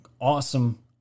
awesome